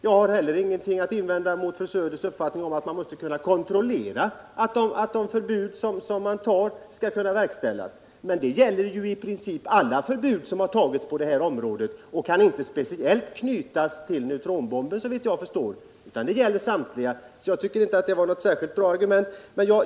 Jag har heller ingenting att invända mot fru Söders uppfattning att man måste kunna kontrollera att de förbud som man inför också efterlevs. Den principen gäller alla förbud på det här området och kan inte speciellt knytas till neutronbomben. Jag tycker därför inte att det var något särskilt bra argument.